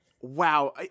wow